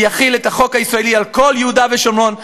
והוא יחיל את החוק הישראלי על כל יהודה ושומרון,